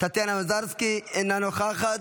טטיאנה מזרסקי, אינה נוכחת,